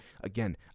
again